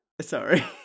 Sorry